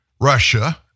Russia